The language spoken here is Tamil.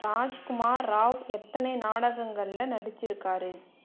ராஜ்குமார் ராவ் எத்தனை நாடகங்களில் நடிச்சிருக்கார்